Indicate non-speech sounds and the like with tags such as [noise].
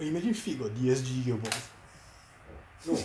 you imagine fit got D_S_G gear box [laughs]